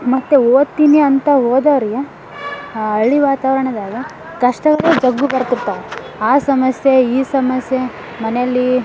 ಮತ್ತೆ ಓದ್ತೀನಿ ಅಂತ ಓದೋವ್ರ್ಗೆ ಹಳ್ಳಿ ವಾತಾವರ್ಣದಾಗೆ ಕಷ್ಟಗಳು ಜಗ್ಗು ಬರ್ತಿರ್ತವೆ ಆ ಸಮಸ್ಯೆ ಈ ಸಮಸ್ಯೆ ಮನೆಯಲ್ಲಿ